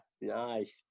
nice